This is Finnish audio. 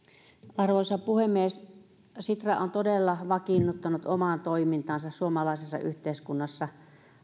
arvoisa puhemies sitra on todella vakiinnuttanut omaa toimintaansa suomalaisessa yhteiskunnassa